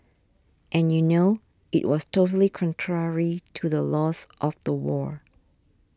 and you know it was totally contrary to the laws of the war